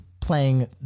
playing